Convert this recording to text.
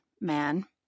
man